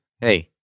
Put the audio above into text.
hey